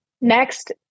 Next